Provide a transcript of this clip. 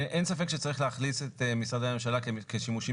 אין ספק שצריך להכניס את משרדי הממשלה כשימושים